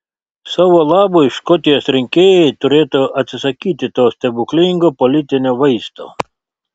savo labui škotijos rinkėjai turėtų atsisakyti to stebuklingo politinio vaisto